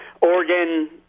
Oregon